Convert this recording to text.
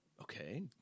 Okay